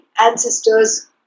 ancestors